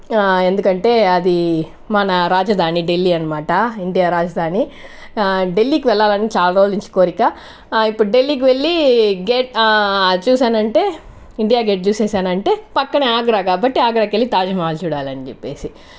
ఎందుకంటే అది మన రాజధాని ఢిల్లీ అనమాట ఇండియా రాజధాని ఢిల్లీకి వెళ్లాలని చాలా రోజులనుంచి కోరిక ఇప్పుడు ఢిల్లీకి వెళ్లి గేట్ చూశానంటే ఇండియా గేట్ చూసేశానంటే పక్కనే ఆగ్రా కాబట్టి ఆగ్రాకి వెళ్లి తాజ్మహల్ని చూడాలని చెప్పేసి